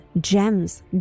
gems